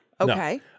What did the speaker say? Okay